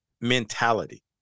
mentality